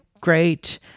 great